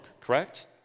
correct